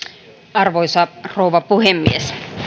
arvoisa rouva puhemies